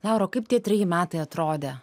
laura o kaip tie treji metai atrodė